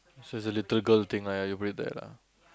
so it's a little girl thing lah you've been there lah